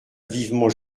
vivement